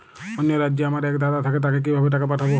অন্য রাজ্যে আমার এক দাদা থাকে তাকে কিভাবে টাকা পাঠাবো?